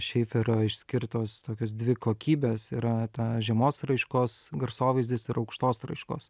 šeiferio išskirtos tokios dvi kokybės yra ta žemos raiškos garsovaizdis ir aukštos raiškos